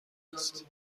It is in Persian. است